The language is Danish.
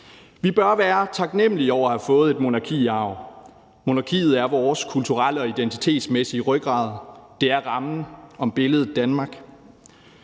Vi bør være taknemlige over at have fået et monarki i arv. Monarkiet er vores kulturelle og identitetsmæssige rygrad. Det er rammen om billedet Danmark.